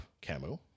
Camus